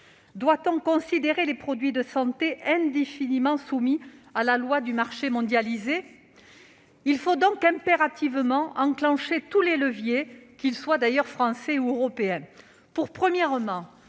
Doit-on considérer les produits de santé indéfiniment soumis à la loi du marché mondialisé ? Il nous faut donc impérativement enclencher tous les leviers, qu'ils soient Français ou européens. Il convient